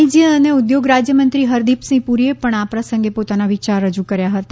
વાણિજ્ય અને ઉદ્યોગ રાજ્યમંત્રી હરદીપસિંહ પુરીએ પણ આ પ્રસંગે પોતાના વિચાર રજ્ન કર્યા હતા